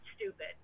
stupid